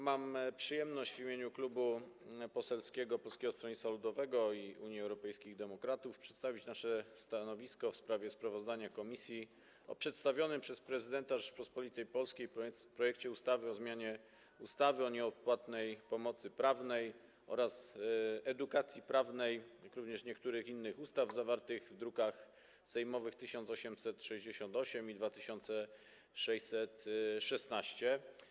Mam przyjemność w imieniu Klubu Poselskiego Polskiego Stronnictwa Ludowego - Unii Europejskich Demokratów przedstawić nasze stanowisko w sprawie sprawozdania komisji o przedstawionym przez prezydenta Rzeczypospolitej Polskiej projekcie ustawy o zmianie ustawy o nieodpłatnej pomocy prawnej oraz edukacji prawnej oraz niektórych innych ustaw, zawartym w drukach sejmowych nr 1868 i 2616.